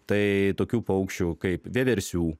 tai tokių paukščių kaip vieversių